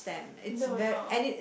no no